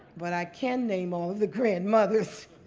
but i can name all of the grandmothers.